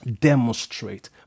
demonstrate